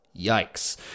Yikes